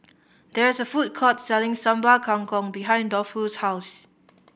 there is a food court selling Sambal Kangkong behind Dolphus' house